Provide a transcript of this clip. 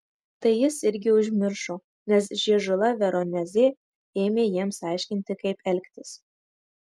tai jis irgi užmiršo nes žiežula veronezė ėmė jiems aiškinti kaip elgtis